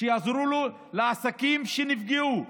שיעזרו לעסקים שנפגעו,